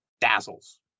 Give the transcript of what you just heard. dazzles